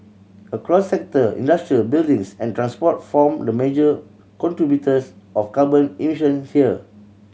across sector industry buildings and transport form the major contributors of carbon emission here